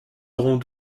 auront